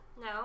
No